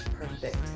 Perfect